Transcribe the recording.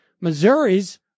Missouri's